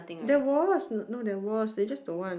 there was no there was they just don't want